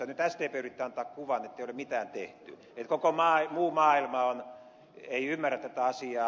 nyt sdp yrittää antaa kuvan ettei ole mitään tehty että koko muu maailma ei ymmärrä tätä asiaa